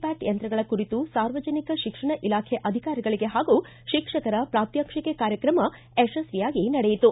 Pat ಯಂತ್ರಗಳ ಕುರಿತು ಸಾರ್ವಜನಿಕ ಶಿಕ್ಷಣ ಇಲಾಖೆ ಅಧಿಕಾರಿಗಳಿಗೆ ಹಾಗೂ ಶಿಕ್ಷಕರ ಪ್ರಾತ್ಮಕ್ಷಿಕೆ ಕಾರ್ಯಕ್ರಮ ಯಶಸ್ವಿಯಾಗಿ ನಡೆಯಿತು